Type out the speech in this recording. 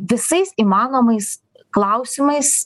visais įmanomais klausimais